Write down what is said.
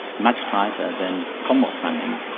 much tighter than commonwealth funding.